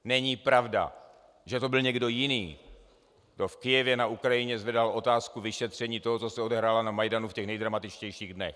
Není pravda, že to byl někdo jiný, kdo v Kyjevě na Ukrajině zvedal otázku vyšetření toho, co se odehrálo na Majdanu v těch nejdramatičtějších dnech.